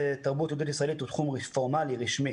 תרבות יהודית-ישראלית הוא תחום פורמלי רשמי